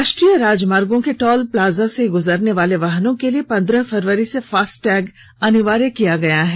राष्ट्रीय राजमार्गों के टोल प्लाजा से गुजरने वाले वाहनों के लिए पंद्रह फरवरी से फास्टैग अनिवार्य किया गया है